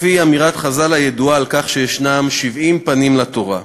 כמו אמירת חז"ל הידועה על כך שיש שבעים פנים לתורה,